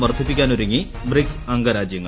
വർദ്ധിപ്പിക്കാനൊരുങ്ങി BRICS അംഗ രാജ്യങ്ങൾ